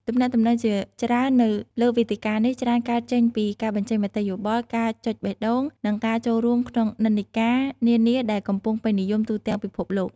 ទំនាក់ទំនងជាច្រើននៅលើវេទិកានេះច្រើនកើតចេញពីការបញ្ចេញមតិយោបល់ ការចុចបេះដូង និងការចូលរួមក្នុង និន្នាការ នានាដែលកំពុងពេញនិយមទូទាំងពិភពលោក។